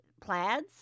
plaids